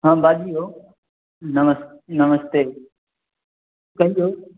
हँ बाजिऔ नमस नमस्ते कहिऔ